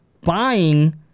buying